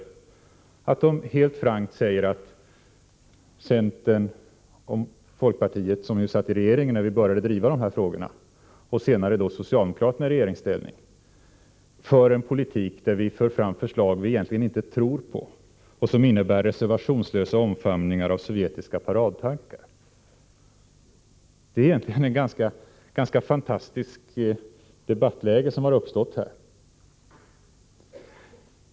Man säger helt frankt att centern och folkpartiet, som var i regeringsställning när man började driva de här frågorna, och senare socialdemokraterna i regeringsställning för en politik där vi för fram förslag som vi egentligen inte tror på och som innebär reservationslösa omfamningar av sovjetiska paradtankar. Det är egentligen ett ganska fantastiskt debattläge som uppstått här.